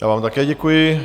Já vám také děkuji.